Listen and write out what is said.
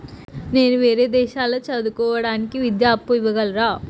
నేను వేరే దేశాల్లో చదువు కోవడానికి విద్యా అప్పు ఇవ్వగలరా?